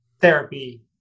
therapy